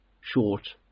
short